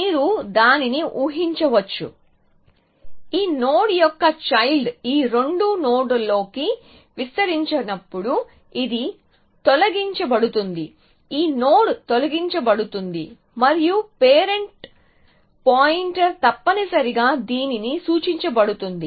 మీరు దానిని ఊహించవచ్చు ఈ నోడ్ యొక్క చైల్డ్ ఈ రెండు నోడ్లలోకి విస్తరించినప్పుడు ఇది తొలగించ బడుతుంది ఈ నోడ్ తొలగించబడుతుంది మరియు పేరెంట్ పాయింటర్ తప్పనిసరిగా దీనిని సూచించబడుతుంది